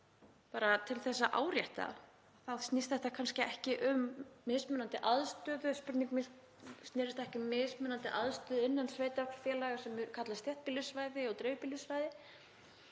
bara til að árétta þá snýst þetta kannski ekki um mismunandi aðstöðu. Spurning mín snerist ekki um mismunandi aðstöðu innan sveitarfélaga sem kallast þéttbýlissvæði og dreifbýlissvæði.